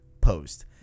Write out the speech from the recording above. post